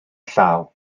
llaw